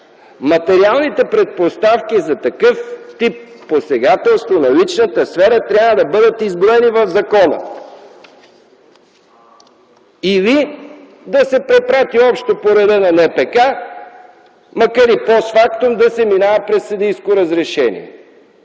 Материалните предпоставки за такъв тип посегателства на личната сфера трябва да бъдат изброени в закона, или да се препрати общо по реда на НПК, макар и постфактум да се минава през съдийско разрешение.